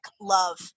love